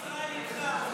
עם ישראל איתך.